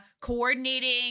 Coordinating